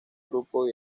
grupo